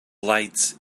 lights